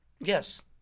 Yes